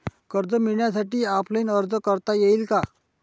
कर्ज मिळण्यासाठी ऑफलाईन अर्ज करता येईल का?